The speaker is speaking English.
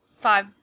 five